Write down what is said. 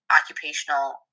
occupational